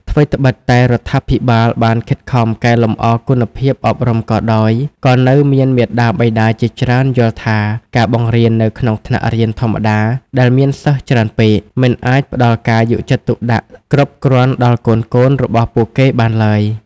ថ្វីត្បិតតែរដ្ឋាភិបាលបានខិតខំកែលម្អគុណភាពអប់រំក៏ដោយ ក៏នៅមានមាតាបិតាជាច្រើនយល់ថាការបង្រៀននៅក្នុងថ្នាក់រៀនធម្មតាដែលមានសិស្សច្រើនពេក មិនអាចផ្តល់ការយកចិត្តទុកដាក់គ្រប់គ្រាន់ដល់កូនៗរបស់ពួកគេបានឡើយ។